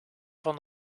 van